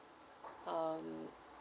um